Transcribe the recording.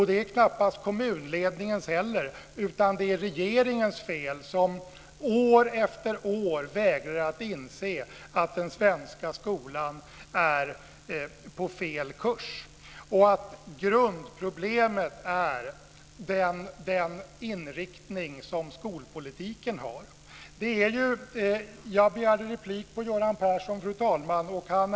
Det är knappast kommunledningens fel heller, utan det är regeringens fel, som år efter år vägrar att inse att den svenska skolan är på fel kurs och att grundproblemet är den inriktning som skolpolitiken har. Jag begärde replik på Göran Perssons anförande, fru talman.